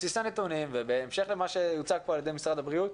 בסיס הנתונים ובהמשך למה שהוצג פה על ידי משרד הבריאות.